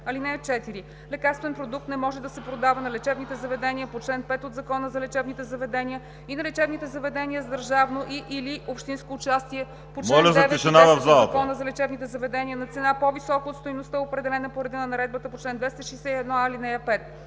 едро. (4) Лекарствен продукт не може да се продава на лечебните заведения по чл. 5 от Закона за лечебните заведения и на лечебните заведения с държавно и/или общинско участие по чл. 9 и 10 от Закона за лечебните заведения на цена, по-висока от стойността, определена по реда на наредбата по чл. 261а, ал. 5.